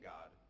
God